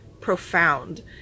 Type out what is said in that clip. profound